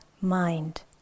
mind